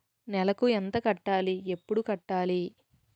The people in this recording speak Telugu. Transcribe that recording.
నెలకు ఎంత కట్టాలి? ఎప్పుడు కట్టాలి?